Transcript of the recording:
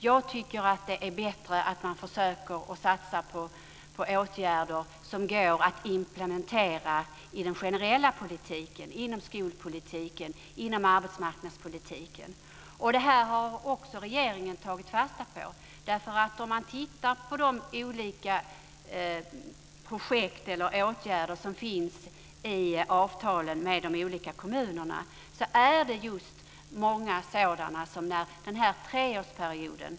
Jag tycker att det är bättre att man försöker satsa på åtgärder som går att implementera i den generella politiken - inom skolpolitiken och inom arbetsmarknadspolitiken. Detta har också regeringen tagit fasta på. Om man tittar på de olika projekt eller åtgärder som finns i avtalen med kommunerna ser man just många sådana, t.ex. den här treårsperioden.